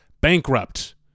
bankrupt